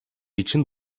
için